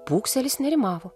pūkselis nerimavo